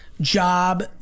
job